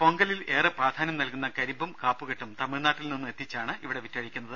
പൊങ്കലിൽ ഏറെ പ്രാധാന്യം നൽകുന്ന കരിമ്പും കാപ്പുകെട്ടും തമിഴ്നാട്ടിൽ നിന്നും എത്തിച്ചാണ് ഇവിടെ വിറ്റഴിക്കുന്നത്